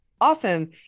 often